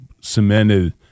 cemented